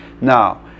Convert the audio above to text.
Now